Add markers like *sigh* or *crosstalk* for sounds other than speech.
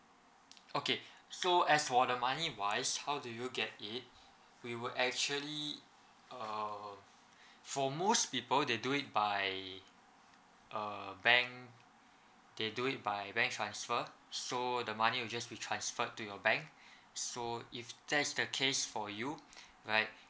okay so as for the money wise how do you get it *breath* we will actually uh *breath* for most people they do it by uh bank they do it by bank transfer so the money will just be transferred to your bank *breath* so if that's the case for you right